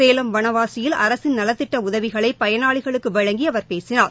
சேலம் வனவாசியில் அரசின் நலத்திட்டஉதவிகளைபயனாளிகளுக்குவழங்கிஅவர் பேசினார்